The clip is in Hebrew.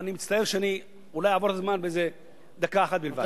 אני מצטער שאעבור את הזמן בדקה אחת בלבד.